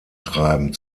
treiben